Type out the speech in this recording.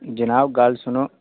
जनाब गल्ल सुनो